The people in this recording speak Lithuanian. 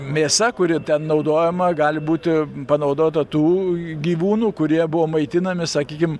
mėsa kuri ten naudojama gali būti panaudota tų gyvūnų kurie buvo maitinami sakykim